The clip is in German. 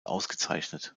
ausgezeichnet